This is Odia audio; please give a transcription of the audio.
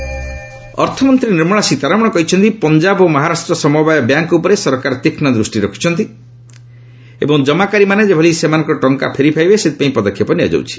ସୀତାରମଣ ଅର୍ଥମନ୍ତ୍ରୀ ନିର୍ମଳା ସୀତାରମଣ କହିଛନ୍ତି ପଞ୍ଜାବ ଓ ମହାରାଷ୍ଟ୍ର ସମବାୟ ବ୍ୟାଙ୍କ୍ ଉପରେ ସରକାର ତୀକ୍ଷ୍ମ ଦୃଷ୍ଟି ରଖିଛନ୍ତି ଏବଂ ଜମାକାରୀମାନେ ଯେଭଳି ସେମାନଙ୍କର ଟଙ୍କା ଫେରିପାଇବେ ସେଥିପାଇଁ ପଦକ୍ଷେପ ନେଉଛନ୍ତି